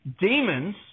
demons